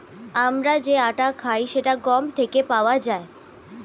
আমরা যে আটা খাই সেটা গম থেকে পাওয়া যায়